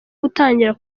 gutangira